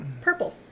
Purple